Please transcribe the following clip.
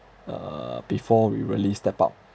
uh before we really step up